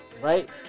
Right